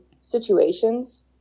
situations